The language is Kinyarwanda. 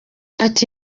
ati